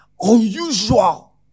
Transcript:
unusual